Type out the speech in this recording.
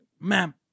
Ma'am